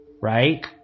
right